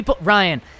Ryan